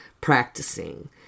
practicing